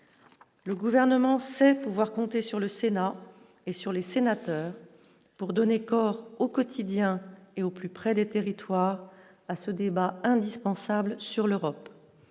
le gouvernement sait pouvoir compter sur le Sénat et sur les sénateurs pour donner corps au quotidien et au plus près des territoires à ce débat indispensable sur l'Europe,